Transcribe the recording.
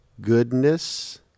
goodness